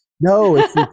No